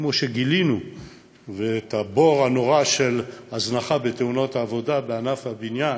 כמו שגילינו את הבור הנורא של הזנחה בתאונות עבודה בענף הבניין,